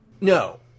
No